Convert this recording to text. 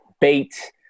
Bait